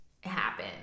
happen